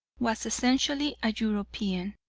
was essentially a european.